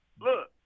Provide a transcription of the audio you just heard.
Look